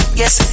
yes